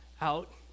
out